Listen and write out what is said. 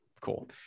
Cool